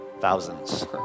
thousands